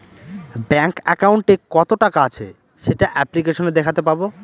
bank একাউন্টে কত টাকা আছে সেটা অ্যাপ্লিকেসনে দেখাতে পাবো